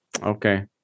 Okay